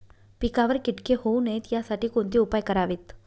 पिकावर किटके होऊ नयेत यासाठी कोणते उपाय करावेत?